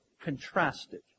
contrasted